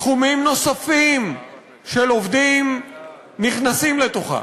תחומים נוספים של עובדים נכנסים לתוכה.